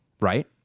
right